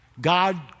God